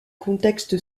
contexte